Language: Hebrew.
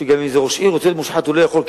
שאם יש ראש עיר שרוצה להיות מושחת הוא לא יכול,